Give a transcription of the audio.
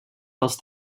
dels